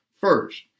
first